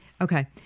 Okay